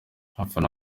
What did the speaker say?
abafana